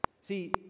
See